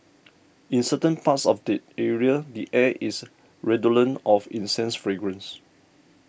in certain parts of the area the air is redolent of incense fragrance